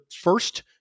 first